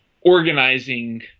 organizing